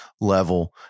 level